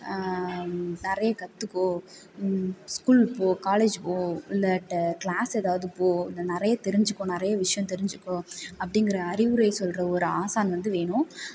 நிறைய கற்றுக்கோ ஸ்கூல் போ காலேஜ் போ இந்த கிளாஸ் எதாவது போ நிறைய தெரிஞ்சுக்கோ நிறைய விஷயம் தெரிஞ்சுகோ அப்படிங்குற அறிவுரை சொல்கிற ஒரு ஆசான் வந்து வேணும்